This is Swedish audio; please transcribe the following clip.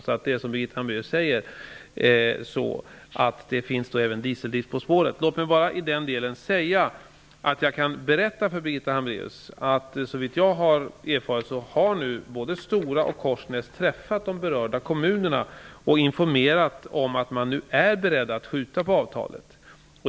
Det är alltså så, som Birgitta Hambraeus säger, att det förekommer även dieseldrift på spåren. Låt mig bara berätta för Birgitta Hambraeus att både Stora och Korsnäs, såvitt jag har erfarit, har träffat de berörda kommunerna och informerat om att man är beredd att skjuta på avtalet.